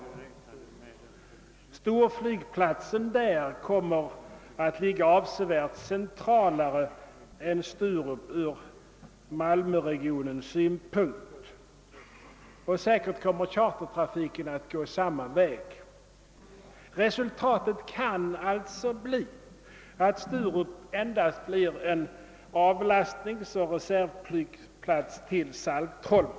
Denna storflygplats kommer att ligga avsevärt mer centralt än Sturup ur malmöregionens synpunkt. Säkerligen kommer även chartertrafiken att utnyttja denna flygplats. Resultatet kan alltså bli att Sturup endast blir en avlastningsoch reservflygplats till Saltholm.